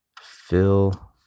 Fill